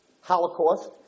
Holocaust